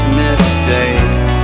mistake